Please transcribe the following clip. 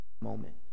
moment